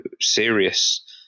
serious